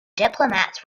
diplomats